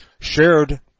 shared